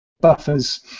buffers